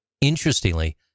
Interestingly